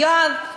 יואב,